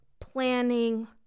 planning